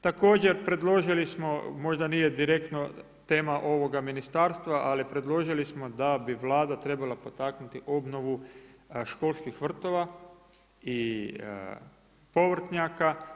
Također predložili smo, možda nije direktno tema ovoga ministarstva, ali predložili smo da bi Vlada trebala potaknuti obnovu školskih vrtova i povrtnjaka.